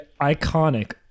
iconic